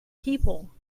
people